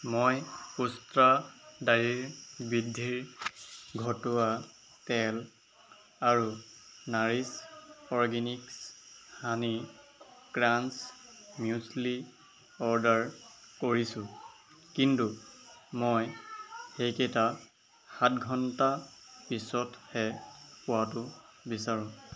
মই উষ্ট্ৰা দাঢ়িৰ বৃদ্ধি ঘটোৱা তেল আৰু nourish organics honey crunch muesli order কৰিছোঁ কিন্তু মই সেইকেইটা সাত ঘণ্টা পিছতহে পোৱাটো বিচাৰোঁ